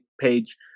page